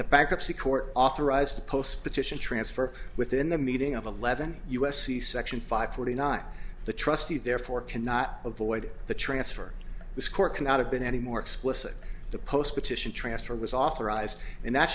the bankruptcy court authorized the post petition transfer within the meeting of eleven u s c section five forty nine the trustee therefore cannot avoid the transfer this court cannot have been any more explicit the post petition transfer was authorized and that